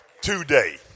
today